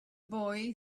boy